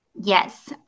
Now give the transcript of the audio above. Yes